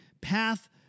path